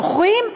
זוכרים?